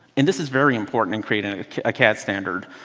and this is very important in creating a cad standard.